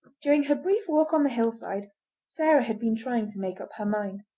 during her brief walk on the hillside sarah had been trying to make up her mind.